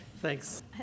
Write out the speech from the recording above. Thanks